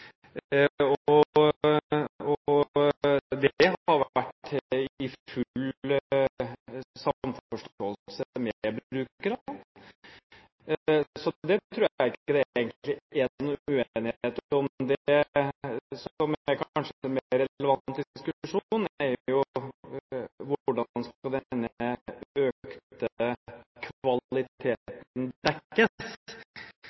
annen nytte. Dette har skjedd i full forståelse med brukerne, så det tror jeg egentlig ikke det er noen uenighet om. Det som kanskje er en mer relevant diskusjon, er hvordan denne økte kvaliteten skal